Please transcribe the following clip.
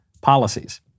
policies